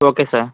okay sir